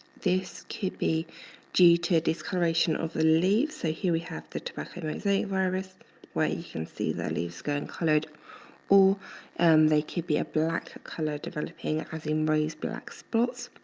this could be due to discoloration of the leaf. so here, we have the tobacco mosaic virus where you can see the leaves go uncolored or and there could be a black color developing as embrace black spots,